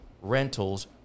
rentals